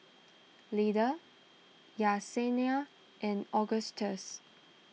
Lyda Yesenia and Augustus